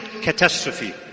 catastrophe